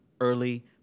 early